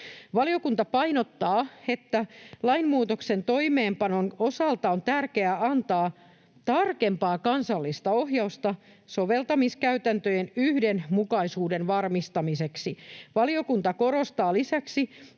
”Valiokunta painottaa, että lainmuutoksen toimeenpanon osalta on tärkeää antaa tarkempaa kansallista ohjausta soveltamiskäytäntöjen yhdenmukaisuuden varmistamiseksi. Valiokunta korostaa lisäksi,